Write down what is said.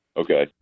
Okay